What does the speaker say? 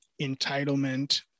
entitlement